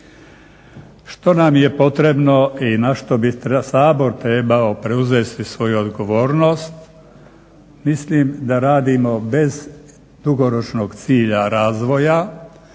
Što nam je potrebno i na što bi Sabor trebao preuzeti svoju odgovornost, mislim da radimo bez dugoročnog cilja razvoja,